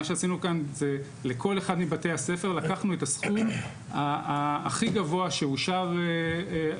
מה שעשינו כאן זה לכל אחד מבתי הספר לקחנו את הסכום הכי גבוה שאושר לו,